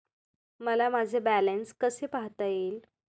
मला माझे बॅलन्स कसे पाहता येईल?